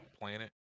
planet